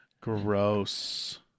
Gross